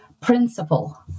principle